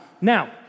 Now